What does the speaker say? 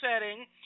setting